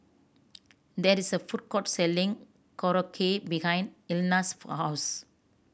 there is a food court selling Korokke behind Elna's house